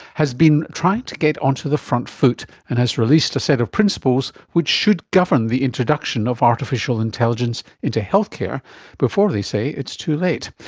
has been trying to get onto the front foot and has released a set of principles which should govern the introduction of artificial intelligence into healthcare before, they say, it's too late.